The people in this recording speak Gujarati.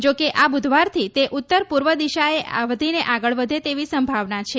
જો કે આ બૂધવારથી તે ઉત્તર પૂર્વ દિશાએ વળીને આગળ વધે તેવી સંભાવના છે